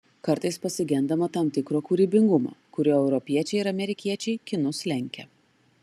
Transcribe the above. kartais pasigendama tam tikro kūrybingumo kuriuo europiečiai ir amerikiečiai kinus lenkia